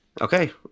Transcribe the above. Okay